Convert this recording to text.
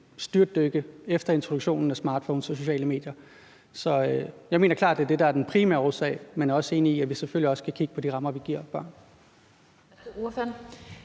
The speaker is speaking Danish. styrtdykke efter introduktionen af smartphones og sociale medier. Så jeg mener klart, at det er det, der er den primære årsag, men jeg er også enig i, at vi selvfølgelig også skal kigge på de rammer, vi giver børn.